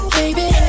baby